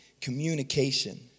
communication